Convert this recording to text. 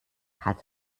hat